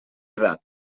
edat